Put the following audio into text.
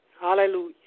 Hallelujah